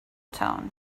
tone